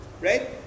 right